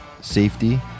safety